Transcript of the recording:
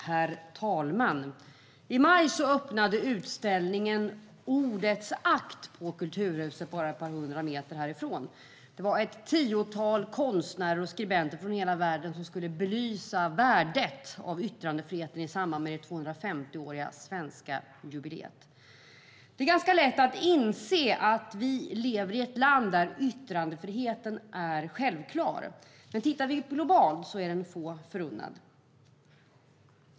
Herr talman! I maj öppnade utställningen Ordets akt på Kulturhuset bara ett par hundra meter härifrån. Det var ett tiotal konstnärer och skribenter från hela världen som skulle belysa värdet av yttrandefriheten i samband med det 250-åriga svenska jubileet. Det är ganska lätt att inse att vi lever i ett land där yttrandefriheten är självklar. Men om vi tittar globalt ser vi att den är få förunnad.